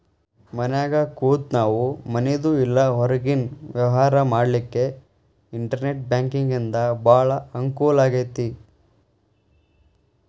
ಮನ್ಯಾಗ್ ಕೂತ ನಾವು ಮನಿದು ಇಲ್ಲಾ ಹೊರ್ಗಿನ್ ವ್ಯವ್ಹಾರಾ ಮಾಡ್ಲಿಕ್ಕೆ ಇನ್ಟೆರ್ನೆಟ್ ಬ್ಯಾಂಕಿಂಗಿಂದಾ ಭಾಳ್ ಅಂಕೂಲಾಗೇತಿ